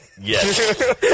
Yes